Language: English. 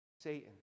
Satan